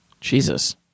Jesus